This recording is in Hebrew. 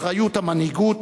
אחריות המנהיגות